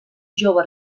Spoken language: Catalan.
jove